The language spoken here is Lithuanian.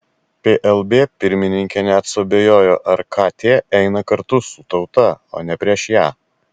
plb pirmininkė net suabejojo ar kt eina kartu su tauta o ne prieš ją